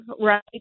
right